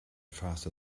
faster